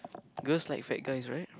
girls like fat guys right